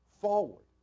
forward